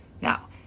Now